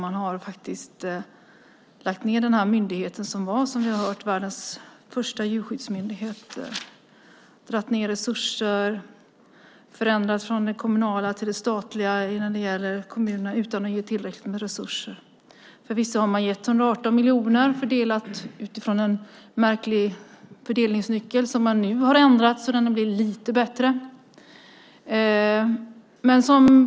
Man har faktiskt lagt ned denna myndighet - vi har hört att det var världens första djurskyddsmyndighet - dragit ned resurser, förändrat från det kommunala till det statliga utan att ge kommunerna tillräckligt med resurser. Förvisso har man gett 118 miljoner, fördelade med en märklig fördelningsnyckel som man nu har ändrat så att den har blivit lite bättre.